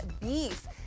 Beef